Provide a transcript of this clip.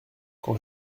quand